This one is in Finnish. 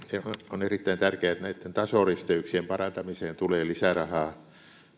on erittäin tärkeää että näitten tasoristeyksien parantamiseen tulee lisärahaa